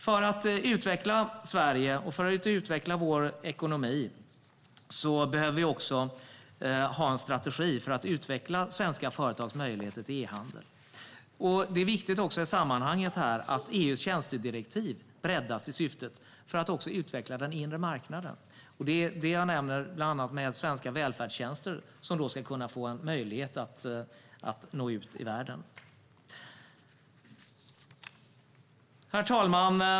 För att utveckla Sverige och utveckla vår ekonomi behöver vi ha en strategi för att utveckla svenska företags möjligheter till e-handel. I sammanhanget är det viktigt att EU:s tjänstedirektiv breddas med syftet att även utveckla den inre marknaden. Då får bland annat svenska välfärdstjänster möjlighet att nå ut i världen. Herr talman!